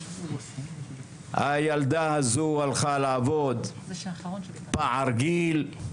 הילדה הזו הלכה לעבוד, פער גיל,